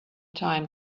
time